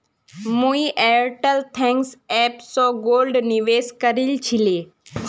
मुई Airtel thanks app स गोल्डत निवेश करील छिले